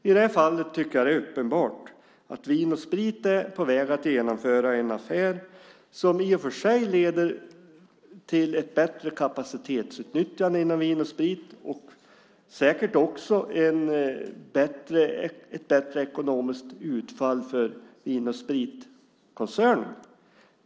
I det här fallet tycker jag att det är uppenbart att Vin & Sprit är på väg att genomföra en affär som i och för sig leder till ett bättre kapacitetsutnyttjande inom Vin & Sprit och säkert också ett bättre ekonomiskt utfall för Vin & Sprit-koncernen.